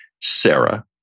Sarah